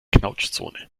knautschzone